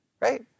Right